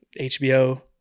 HBO